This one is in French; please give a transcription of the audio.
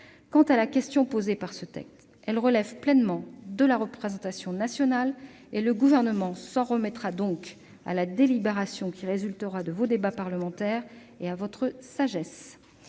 Quant à la question posée par ce texte, elle relève pleinement de la représentation nationale : le Gouvernement s'en remettra à la délibération qui résultera des débats parlementaires et, donc, à votre sagesse.